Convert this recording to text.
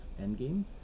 Endgame